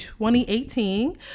2018